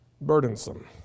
burdensome